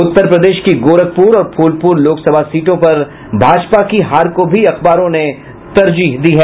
उत्तर प्रदेश की गोरखपुर और फुलपुर लोकसभा सीटों पर भाजपा की हार को भी अखबारों ने तरजीह दी है